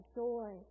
joy